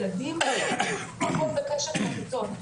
ילדים פחות בקשר עם הכיתות,